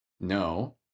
No